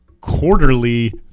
quarterly